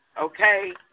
okay